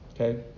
Okay